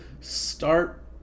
start